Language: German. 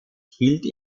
hielt